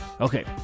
Okay